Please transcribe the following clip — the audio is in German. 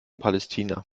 palästina